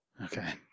Okay